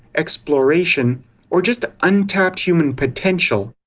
exploration or just untapped human potential,